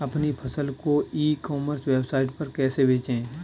अपनी फसल को ई कॉमर्स वेबसाइट पर कैसे बेचें?